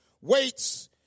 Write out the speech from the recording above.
waits